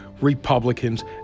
Republicans